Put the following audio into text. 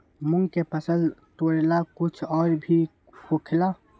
मूंग के फसल तोरेला कुछ और भी होखेला?